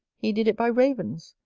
he did it by ravens,